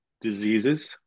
diseases